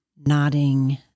nodding